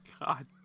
God